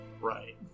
Right